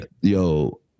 yo